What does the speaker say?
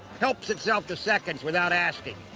helps itself to seconds without asking,